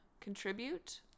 contribute